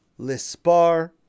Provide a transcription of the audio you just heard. Lispar